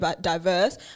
diverse